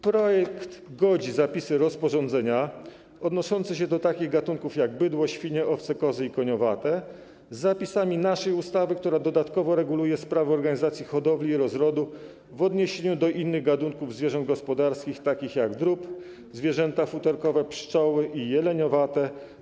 Projekt godzi zapisy rozporządzenia odnoszące się do takich gatunków jak bydło, świnie, owce, kozy i koniowate z zapisami naszej ustawy, która dodatkowo reguluje sprawy organizacji hodowli i rozrodu w odniesieniu do innych gatunków zwierząt gospodarskich, takich jak drób, zwierzęta futerkowe, pszczoły i jeleniowate.